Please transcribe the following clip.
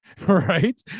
right